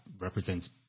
represents